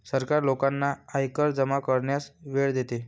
सरकार लोकांना आयकर जमा करण्यास वेळ देते